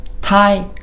Thai